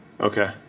Okay